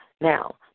Now